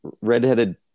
redheaded